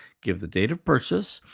give the date of purchase,